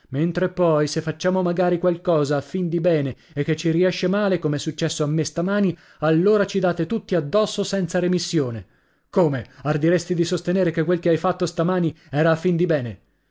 mentre poi se facciamo magari qualcosa a fin di bene e che ci riesce male come è successo a me stamani allora ci date tutti addosso senza remissione come ardiresti di sostenere che quel che hai fatto stamani era a fin di bene